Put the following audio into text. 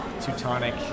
Teutonic